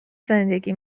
زندگی